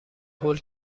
هول